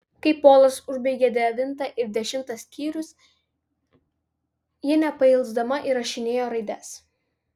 kai polas užbaigė devintą ir dešimtą skyrius ji nepailsdama įrašinėjo raides